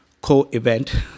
co-event